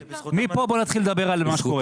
מפה בוא נתחיל לדבר על מה שקורה פה.